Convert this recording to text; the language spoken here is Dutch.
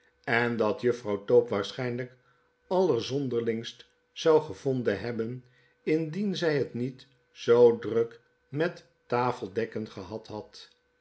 en dat juffrouw tope waarschijnlyk allerzonderlingst zou gevonden hebben indien zy het niet zoo druk met tafeldekken gehad had